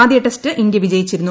ആദ്യ test India വിജയിച്ചിരുന്നു